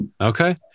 Okay